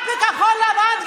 את בכחול לבן,